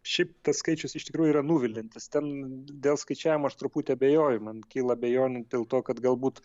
šiaip tas skaičius iš tikrųjų yra nuviliantis ten dėl skaičiavimo aš truputį abejoju man kyla abejonių dėl to kad galbūt